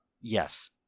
yes